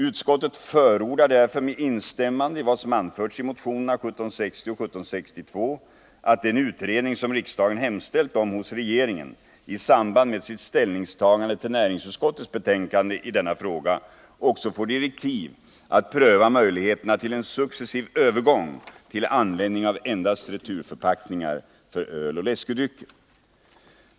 Utskottet förordar därför, med instämmande i vad som har anförts i motionerna 1760 och 1762, att den utredning som riksdsagen i samband med sitt ställningstagande till näringsutskottets betänkande i denna fråga hemställt om hos regeringen också får direktiv att pröva möjligheterna till en successiv övergång till användning av endast returförpackningar för öl och läskedrycker.